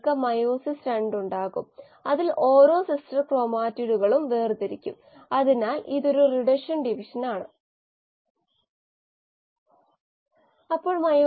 ഇതിനെ ലോജിസ്റ്റിക് സമവാക്യം എന്ന് വിളിക്കുന്നു അത് ചില സാഹചര്യങ്ങളിൽ സഹായകരമാണ് എവിടെ rx നൽകിയിരിക്കുന്നത് rxkx1 βx ഇവിടെ k ബീറ്റ എന്നിവ സിസ്റ്റം അനുസരിച്ച് മാറുന്ന മോഡൽ പാരാമീറ്ററുകളാണ് ഇത് x തുടക്കത്തിലെ കോശങ്ങളുടെ സാന്ദ്രതയ്ക്ക് തുല്യമായ അവസ്ഥയുമായി പോകുന്നു